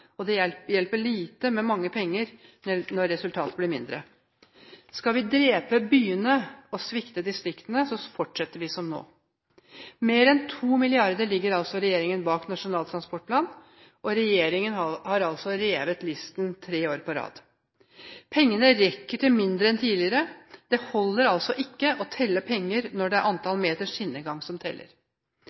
Det hjelper lite med mange penger når resultatet blir mindre. Skal vi drepe byene og svikte distriktene, fortsetter vi som nå. Regjeringen ligger mer enn 2 mrd. kr bak Nasjonal transportplan. Regjeringen har revet listen tre år på rad. Pengene rekker til mindre enn tidligere. Det holder altså ikke å telle penger når det er antall meter skinnegang som teller.